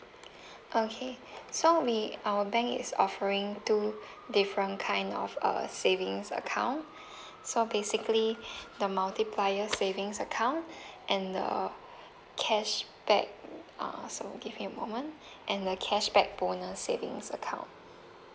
okay so we our bank is offering two different kind of uh savings account so basically the multiplier savings account and the cashback uh sorry give me a moment and the cashback bonus savings account